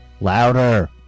Louder